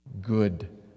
good